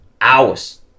hours